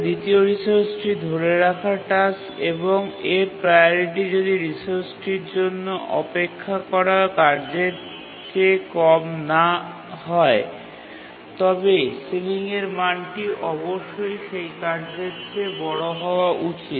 দ্বিতীয় রিসোর্সটি ধরে রাখা টাস্ক এবং এর প্রাওরিটি যদি রিসোর্সটির জন্য অপেক্ষা করা কার্যের চেয়ে কম না হয় তবে সিলিংয়ের মানটি অবশ্যই সেই কাজের চেয়ে বড় হওয়া উচিত